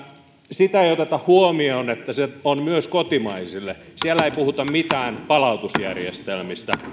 sitä ei oteta huomioon että se on myös kotimaisille siellä ei puhuta mitään palautusjärjestelmistä